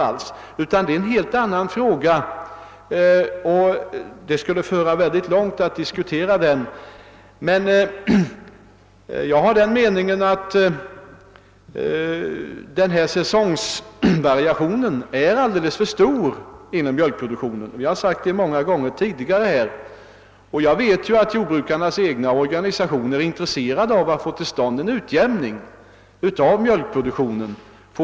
Minskningen av mjölkproduktionen är en helt annan fråga, som det skulle föra mycket långt att nu ta upp till diskussion. Jag vill dock säga att enligt min mening är säsongvariationen inom mjölkproduktionen alldeles för stor. Jag har många gånger tidigare framhållit detta, och jag vet att jordbrukarnas egna organisationer är intresserade av att få till stånd en utjämning av mjölkproduktionen.